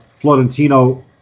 Florentino